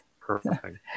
Perfect